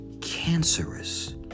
cancerous